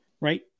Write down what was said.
right